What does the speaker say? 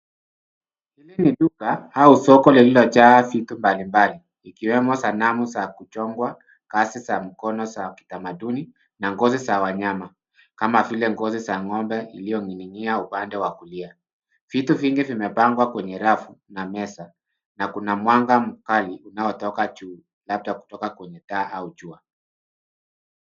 Hili ni duka au soko lililojaa vitu mbalimbali ikiwemo sanamu za kuchongwa, kazi za mikono za kitamaduni na ngozi za wanyama kama vile ngozi za ng'ombe iliyo ning'inia upande wa kulia. Vitu vingi vimepangwa kwenye rafu na meza na kuna mwanga mkali unao toka juu labda kutoka kwenye taa au jua.